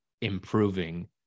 improving